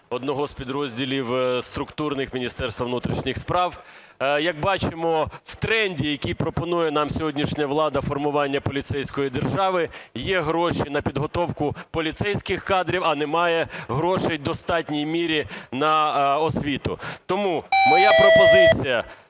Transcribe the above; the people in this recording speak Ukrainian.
одного з підрозділів структурних Міністерства внутрішніх справ. Як бачимо, в тренді, який пропонує нам сьогоднішня влада, формування поліцейської держави є гроші на підготовку поліцейських кадрів, а немає грошей в достатній мірі на освіту. Тому моя пропозиція